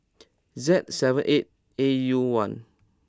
Z seven eight A U one